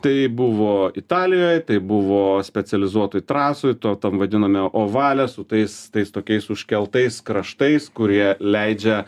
tai buvo italijoj tai buvo specializuotoj trasoj to tam vadiname ovale su tais tais tokiais užkeltais kraštais kurie leidžia